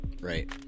Right